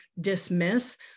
dismiss